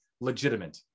legitimate